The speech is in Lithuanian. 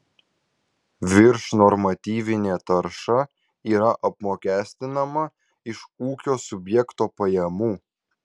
viršnormatyvinė tarša yra apmokestinama iš ūkio subjekto pajamų